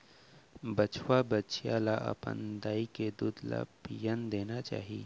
बछवा, बछिया ल अपन दाई के दूद ल पियन देना चाही